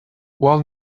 while